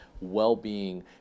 well-being